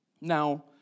Now